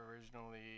originally